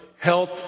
health